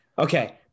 Okay